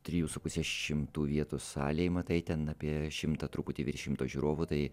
trijų su puse šimtų vietų salėj matai ten apie šimtą truputį virš šimto žiūrovų tai